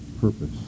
purpose